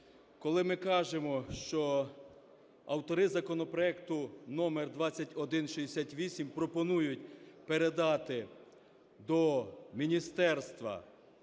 коли ми кажемо, що автори законопроекту номер 2168 пропонують передати до Міністерства